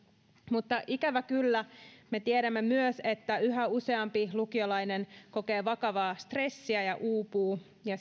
mutta ikävä kyllä me tiedämme myös että yhä useampi lukiolainen kokee vakavaa stressiä ja uupuu ja